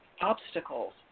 obstacles